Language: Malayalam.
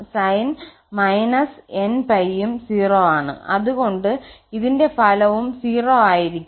sin 𝑛𝜋 0 ആണ് sin−𝑛𝜋യും 0 ആണ് അതുകൊണ്ട് ഇതിന്റെ ഫലവും 0 ആയിരിക്കും